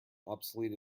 obsolete